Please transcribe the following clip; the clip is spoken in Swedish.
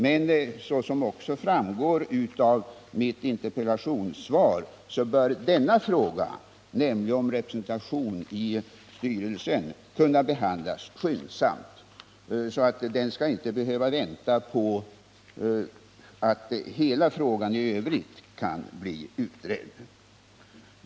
Men som också framgår av mitt interpellationssvar bör frågan om representation i styrelsen kunna behandlas skyndsamt, varför det spörsmålet inte behöver vänta på att hela frågan i övrigt kan bli utredd.